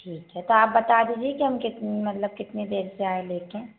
ठीक है तो आप बता दीजिए कि हम कित मतलब कितनी देर से आए लेकर